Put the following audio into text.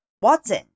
Watson